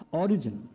origin